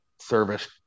service